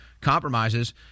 compromises